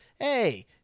hey